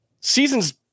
season's